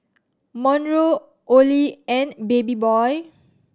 Monroe Olie and Babyboy